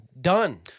done